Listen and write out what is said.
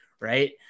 right